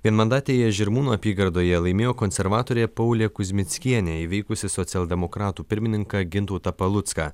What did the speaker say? vienmandatėje žirmūnų apygardoje laimėjo konservatorė paulė kuzmickienė įveikusi socialdemokratų pirmininką gintautą palucką